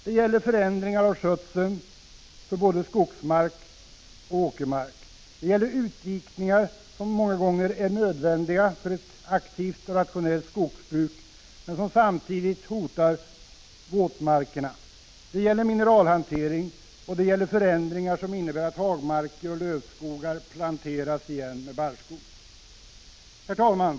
Det gäller förändringar av skötseln för både skogsmark och åkermark. Det gäller utdikningar som många gånger är nödvändiga för ett aktivt och rationellt skogsbruk men som samtidigt hotar våtmarkerna. Det gäller mineralhantering, och det gäller förändringar som innebär att hagmarker och lövskogar planteras igen med barrskog. Herr talman!